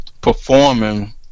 performing